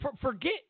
Forget